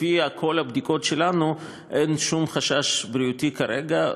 לפי כל הבדיקות אין שום חשש בריאותי כרגע,